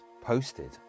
posted